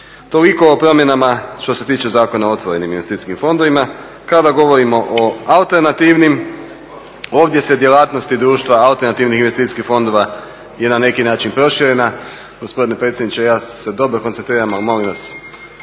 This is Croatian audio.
Toliko o promjenama što se tiče Zakona o otvorenim investicijskim fondovima. Kada govorimo o alternativnim ovdje se djelatnosti društva alternativnih investicijskih fondova je na neki proširena, gospodine predsjedniče ja sam dobro koncentriran ali molim vas